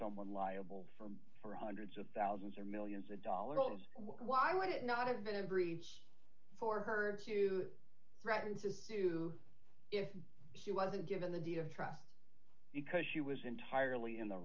someone liable for hundreds of thousands or millions of dollars why would it not have been in greece for her to threaten to sue if he wasn't given the deed of trust because she was entirely in the